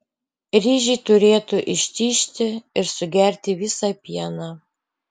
ryžiai turėtų ištižti ir sugerti visą pieną